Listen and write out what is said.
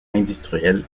industriel